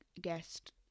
guest